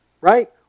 Right